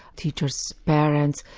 teachers, parents,